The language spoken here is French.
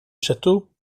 château